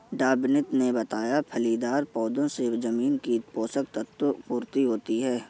डॉ विनीत ने बताया फलीदार पौधों से जमीन के पोशक तत्व की पूर्ति होती है